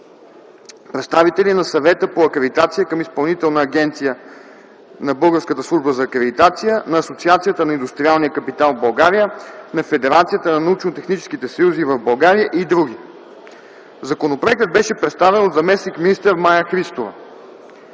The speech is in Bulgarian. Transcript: представители на Съвета по акредитация към Изпълнителна агенция на Българската служба по акредитация, на Асоциацията за индустриалния капитал в България, на Федерацията на научно-техническите съюзи в България и други. Законопроектът беше представен от заместник-министър Мая Христова.